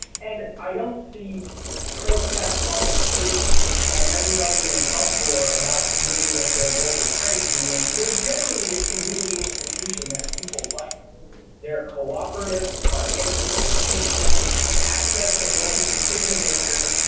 and i don't see protests on the street and everybody in an uproar about dealing with their local credit union. they're generally a community institution that people like they're cooperative financial institution access the local decision-makers.